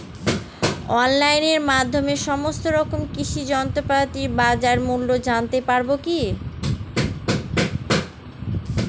অনলাইনের মাধ্যমে সমস্ত রকম কৃষি যন্ত্রপাতির বাজার মূল্য জানতে পারবো কি?